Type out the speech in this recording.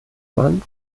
mann